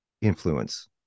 influence